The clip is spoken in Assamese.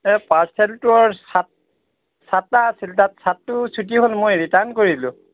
এই পাৰ্চেলটোৰ ছাৰ্ট ছাটটা আছিল তাত ছাৰ্টটো চুটি হ'ল মই ৰিটাৰ্ণ কৰিলোঁ